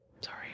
Sorry